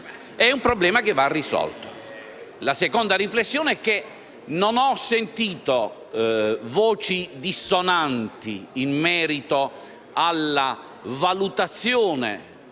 È un problema che va risolto. La seconda riflessione è che non ho sentito voci dissonanti in merito alla valutazione